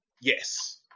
Yes